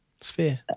Sphere